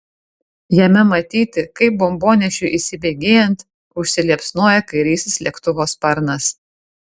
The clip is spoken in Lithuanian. jame matyti kaip bombonešiui įsibėgėjant užsiliepsnoja kairysis lėktuvo sparnas